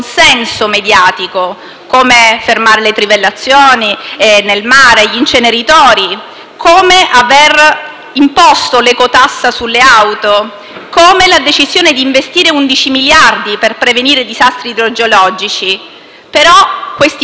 come aver imposto l'ecotassa sulle auto, come la decisione di investire 11 miliardi di euro per prevenire disastri idrogeologici. Questi provvedimenti, però, che non hanno portato consenso, li abbiamo fatti lo stesso, e prima